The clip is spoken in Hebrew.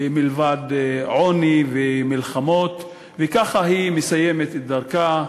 מלבד עוני ומלחמות, וככה היא מסיימת את דרכה.